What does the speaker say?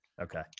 okay